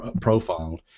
profiled